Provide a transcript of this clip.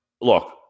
look –